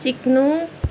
सिक्नु